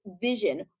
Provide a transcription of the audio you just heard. vision